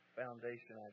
foundation